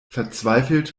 verzweifelt